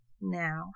now